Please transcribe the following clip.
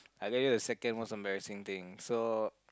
I tell you the second most embarrassing thing so